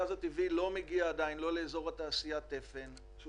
הגז הטבעי לא מגיע עדיין לאזור התעשייה תפן שהוא